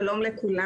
שלום לכולם.